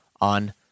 on